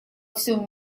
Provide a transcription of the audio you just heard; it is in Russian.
всем